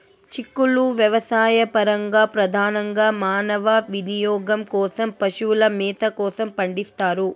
చిక్కుళ్ళు వ్యవసాయపరంగా, ప్రధానంగా మానవ వినియోగం కోసం, పశువుల మేత కోసం పండిస్తారు